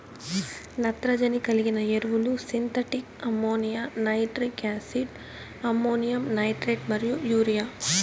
నత్రజని కలిగిన ఎరువులు synthetic ammonia, nitric acid, ammonium nitrate మరియు యూరియా